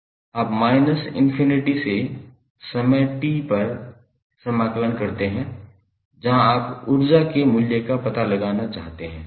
आप minus infinity से समय t पर समाकलन करते है जहां आप ऊर्जा के मूल्य का पता लगाना चाहते हैं